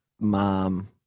mom